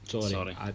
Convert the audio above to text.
Sorry